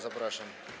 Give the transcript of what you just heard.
Zapraszam.